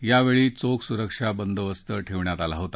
यावेळी चोख सुरक्षा बंदोबस्त ठेवण्यात आला होता